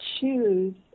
choose